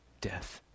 death